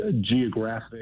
geographic